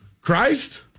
Christ